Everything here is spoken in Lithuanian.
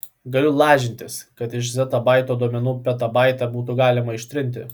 galiu lažintis kad iš zetabaito duomenų petabaitą būtų galima ištrinti